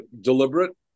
deliberate